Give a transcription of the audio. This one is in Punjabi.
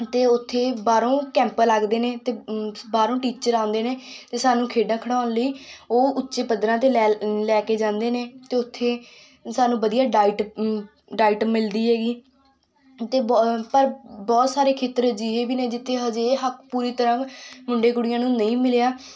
ਅਤੇ ਉੱਥੇ ਬਾਹਰੋਂ ਕੈਂਪ ਲੱਗਦੇ ਨੇ ਅਤੇ ਬਾਹਰੋਂ ਟੀਚਰ ਆਉਂਦੇ ਨੇ ਅਤੇ ਸਾਨੂੰ ਖੇਡਾਂ ਖਿਡਾਉਣ ਲਈ ਉਹ ਉੱਚੇ ਪੱਧਰਾਂ 'ਤੇ ਲੈ ਲੈ ਕੇ ਜਾਂਦੇ ਨੇ ਅਤੇ ਉੱਥੇ ਸਾਨੂੰ ਵਧੀਆ ਡਾਈਟ ਡਾਈਟ ਮਿਲਦੀ ਹੈਗੀ ਅਤੇ ਬੋ ਪਰ ਬਹੁਤ ਸਾਰੇ ਖੇਤਰ ਅਜਿਹੇ ਵੀ ਨੇ ਜਿੱਥੇ ਹਜੇ ਇਹ ਹੱਕ ਪੂਰੀ ਤਰ੍ਹਾਂ ਮੁੰਡੇ ਕੁੜੀਆਂ ਨੂੰ ਨਹੀਂ ਮਿਲਿਆ